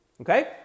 okay